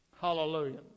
Hallelujah